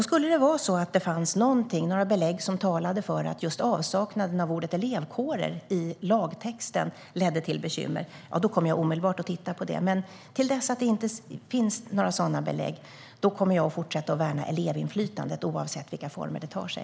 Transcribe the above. Skulle det finnas några belägg som talar för att avsaknaden av ordet elevkårer i lagtexten leder till bekymmer kommer jag omedelbart att titta på detta. Men så länge det inte finns några sådana belägg kommer jag att fortsätta att värna elevinflytandet, oavsett vilka former det tar sig.